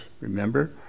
Remember